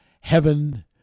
heaven